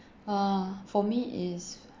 uh for me is